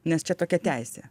nes čia tokia teisė